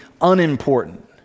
unimportant